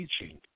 teaching